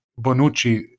Bonucci